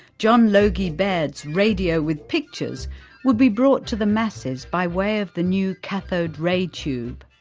john logie baird's radio with pictures would be brought to the masses by way of the new cathode ray tube.